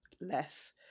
less